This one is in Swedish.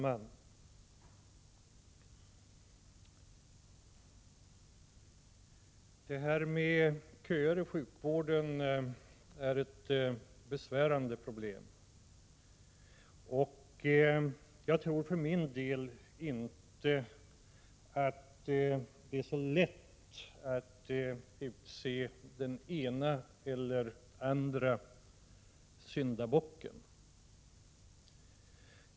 Herr talman! Köerna inom sjukvården är ett besvärande problem. När man talar om orsakerna till dem tror jag för min del inte att det är så lätt att utse den ena eller andra syndabocken.